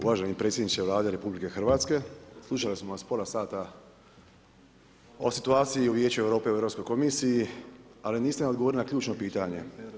Uvaženi predsjedniče Vlade RH, slušao sam vas pola sata o situaciji o Vijeću Europe, o Europskoj komisiji, ali niste nam odgovorili na ključno pitanje.